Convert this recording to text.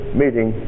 meeting